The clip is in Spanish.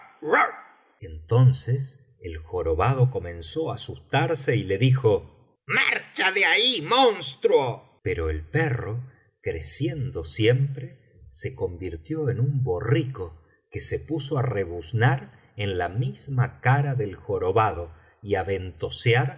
entonces el jorobado comenzó á asustarse y le dijo marcha de ahí monstruo pero el perro creciendo siempre se convirtió en un borrico que se puso á rebuznar en la misma cara del jorobado y